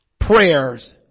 prayers